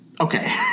Okay